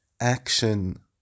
action